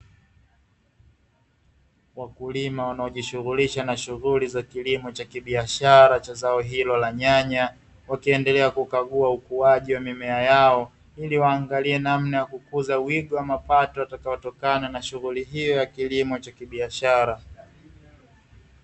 Wakulima wanaojishughulisha na shughuli za kilimo cha kibiashara cha zao hilo la nyanya, wakiendelea kukagua ukuaji wa mimea yao ili waangalie namna ya kukuza wigi wa mapato yatakayotokana na shughuli hiyo ya kibiashara.